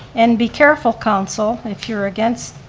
and be careful, council, if you're against,